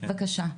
בבקשה,